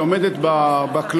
שהיא עומדת בכללים,